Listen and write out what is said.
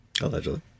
allegedly